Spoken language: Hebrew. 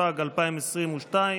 התשפ"ג 2023,